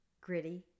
Gritty